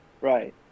Right